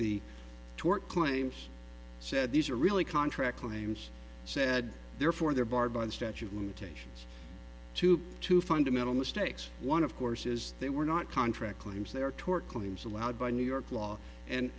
the tort claims said these are really contract claims said therefore they're barred by the statute of limitations to two fundamental mistakes one of course is they were not contract claims they are tort claims allowed by new york law and